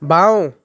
বাঁও